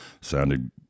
Sounded